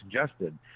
suggested